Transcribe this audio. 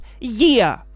Year